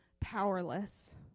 powerless